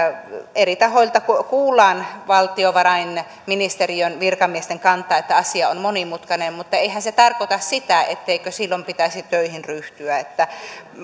eri tahoilta kuullaan valtiovarainministeriön virkamiesten kanta että asia on monimutkainen mutta eihän se tarkoita sitä etteikö silloin pitäisi töihin ryhtyä